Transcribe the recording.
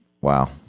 Wow